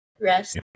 rest